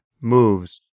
moves